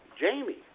Jamie